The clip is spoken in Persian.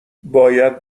باید